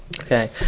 Okay